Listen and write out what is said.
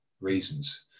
reasons